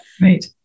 Right